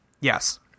Yes